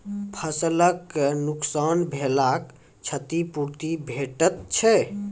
फसलक नुकसान भेलाक क्षतिपूर्ति भेटैत छै?